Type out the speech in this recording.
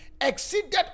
exceeded